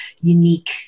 unique